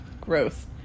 gross